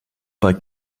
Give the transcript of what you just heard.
bei